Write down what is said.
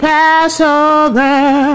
Passover